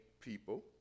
people